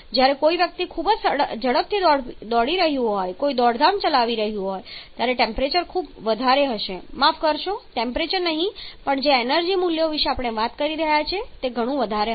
જ્યારે કોઈ વ્યક્તિ ખૂબ જ ઝડપી દોડવા જઈ રહ્યું હોય કોઈ દોડધામ ચલાવી રહ્યું હોય ત્યારે તે ટેમ્પરેચર ઘણું વધારે હશે માફ કરશો ટેમ્પરેચર નહીં પણ જે એનર્જી મૂલ્ય વિશે આપણે વાત કરી રહ્યા છીએ તે ઘણું વધારે છે